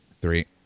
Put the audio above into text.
Three